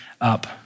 up